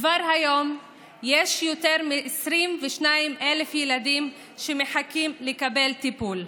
כבר היום יש יותר מ-22,000 ילדים שמחכים לקבל טיפול,